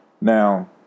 Now